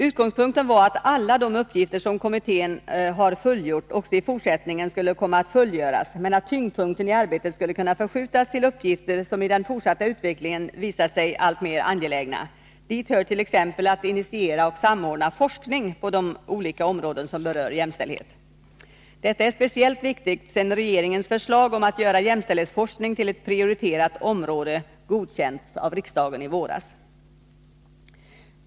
Utgångspunkten var att alla de uppgifter som kommittén har fullgjort också i fortsättningen skulle komma att fullgöras, men att tyngdpunkten i arbetet skulle kunna förskjutas till uppgifter som i den fortsatta utvecklingen visat sig alltmer angelägna. Dit hör t.ex. att initiera och samordna forskning på de olika områden som berör jämställdhet. Detta är speciellt viktigt sedan regeringens förslag om att göra jämställdhetsforskning till ett prioriterat område godkändes av riksdagen i våras.